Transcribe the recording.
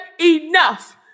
enough